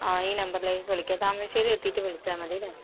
ആ ഈ നമ്പറിലേക്ക് വിളിക്കാം താമരശ്ശേരി എത്തീട്ട് വിളിച്ചാൽ മതില്ലേ